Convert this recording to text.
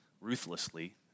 ruthlessly